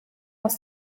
aus